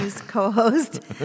co-host